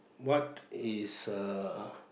what is uh